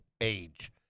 age